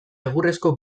egurrezko